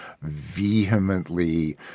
vehemently